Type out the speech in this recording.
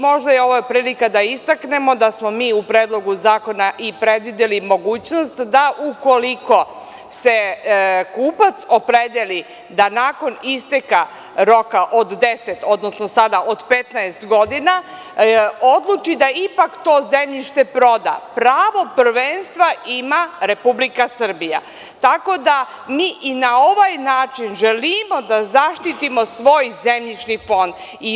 Možda je ovo prilika da istaknemo da smo mi u Predlogu zakona i predvideli mogućnost da ukoliko se kupac opredeli da nakon isteka roka od 10, odnosno sada od 15 godina, odluči da ipak to zemljište proda, pravo prvenstva ima Republika Srbija, tako da mi i na ovaj način želimo da zaštitimo svoj zemljišni fond.